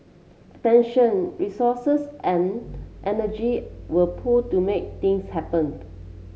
attention resources and energy were pooled to make things happen